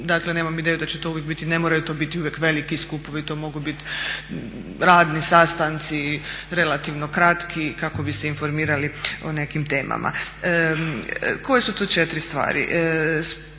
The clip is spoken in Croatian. dakle nemam ideju da će to uvijek biti, ne moraju to biti uvijek veliki skupovi. To mogu biti radni sastanci relativno kratki kako bi se informirali o nekim temama. Koje su to četiri stvari?